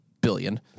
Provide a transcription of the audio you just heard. billion